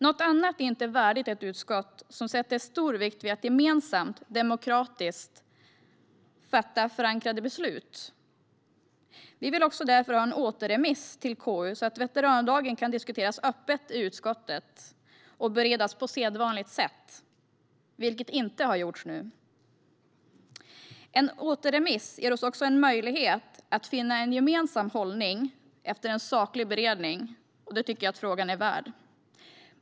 Något annat är inte värdigt ett utskott som lägger stor vikt vid att gemensamt och demokratiskt fatta förankrade beslut. Vi vill ha därför ha en återremiss till KU så att veterandagen kan diskuteras öppet i utskottet och beredas på sedvanligt sätt, vilket inte har gjorts nu. En återremiss ger oss också möjlighet att finna en gemensam hållning efter en saklig beredning. Det tycker jag att frågan är värd.